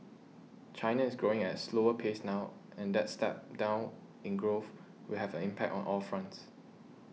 China is growing as slower pace now and that step down in growth will have an impact on all fronts